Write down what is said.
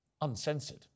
uncensored